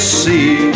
see